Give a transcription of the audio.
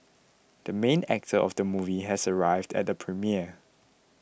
the main actor of the movie has arrived at the premiere